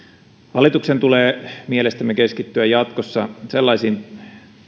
hallituksen tulee mielestämme keskittyä jatkossa sellaisiin